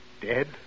dead